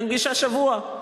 אין פגישה שבוע,